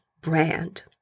brand